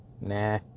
Nah